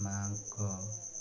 ମାଆଙ୍କ